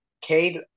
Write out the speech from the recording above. Cade